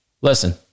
listen